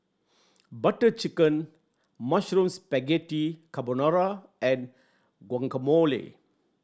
Butter Chicken Mushroom Spaghetti Carbonara and Guacamole